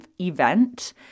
event